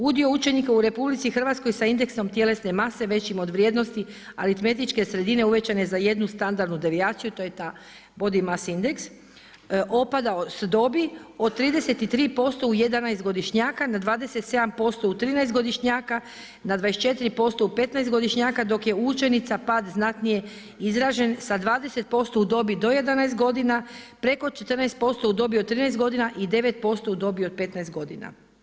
Udio učenika u RH sa indeksom tjelesne mase većim od vrijednosti aritmetičke sredine uvećane za jednu standardnu devijaciju to je ta body mass indeks opadao s dobi od 33% u 11-godišnjaka na 27% u 13-godišnjaka, na 24% u 15-godišnjaka dok je učenica pad znatnije izražen sa 20% u dobi do 11 godina, preko 14% u dobi od 13 godina i 9% u dobi od 15 godina.